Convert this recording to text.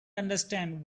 understand